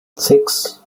six